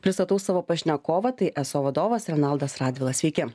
pristatau savo pašnekovą tai eso vadovas renaldas radvila sveiki